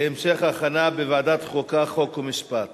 התשע"ב 2012, לוועדת החוקה, חוק ומשפט